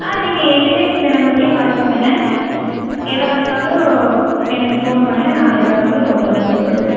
ஆ நீங்கள் any time இந்த நம்பருக்கே கால் பண்ணுங்கள் எதாக இருந்தாலும் எனக்கு ஃபோன் பண்ணுங்கள் நான் எதாக இருந்தாலும் சொல்கிறேன் உங்களுக்கு